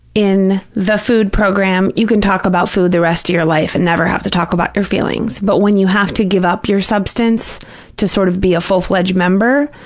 in the food program, you can talk about food the rest of your life and never have to talk about your feelings, but when you have to give up your substance to sort of be a full-fledged member,